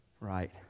Right